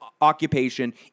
occupation